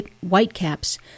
whitecaps